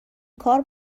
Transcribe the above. کار